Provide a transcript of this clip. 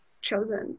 chosen